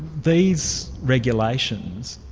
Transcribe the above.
these regulations,